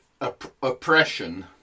oppression